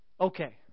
Okay